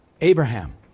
Abraham